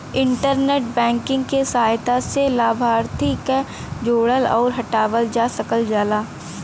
internet banking क सहायता से लाभार्थी क जोड़ल आउर हटावल जा सकल जाला